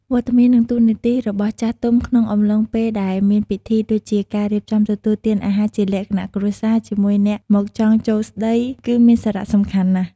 វត្តមាន និង តួនាទីរបស់ចាស់ទុំក្នុង អំឡុងពេលដែលមានពិធី ដូចជា ការរៀបចំទទួលទានអាហារជាលក្ខណៈគ្រួសារ ជាមួយអ្នកមកចង់ចូលស្តី គឺមានសារៈសំខាន់ណាស់។